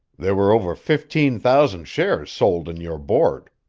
there were over fifteen thousand shares sold in your board.